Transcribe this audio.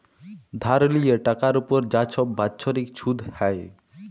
ধার লিয়ে টাকার উপর যা ছব বাচ্ছরিক ছুধ হ্যয়